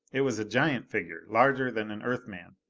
it was a giant figure, larger than an earth man.